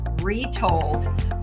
retold